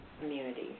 community